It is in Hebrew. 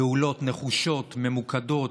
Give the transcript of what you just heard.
פעולות נחושות, ממוקדות,